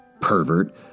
Pervert